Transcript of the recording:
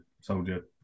Soldier